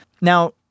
Now